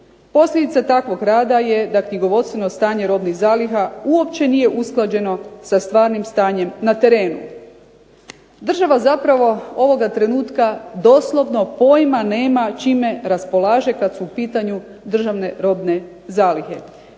Posljedica takvog rada je da knjigovodstveno stanje robnih zaliha uopće nije usklađeno sa stvarnim stanjem na terenu. Država zapravo ovoga trenutka doslovno pojma nema čime raspolaže kad su u pitanju državne robne zalihe